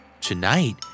Tonight